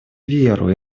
веру